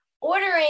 ordering